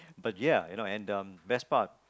but ya you know and um that's part